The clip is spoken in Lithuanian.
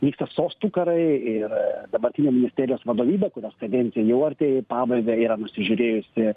vyksta sostų karai ir dabartinė ministerijos vadovybė kurios kadencija jau artėja į pabaigą yra nusižiūrėjusi